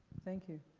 thank you.